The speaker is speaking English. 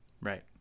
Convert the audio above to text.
Right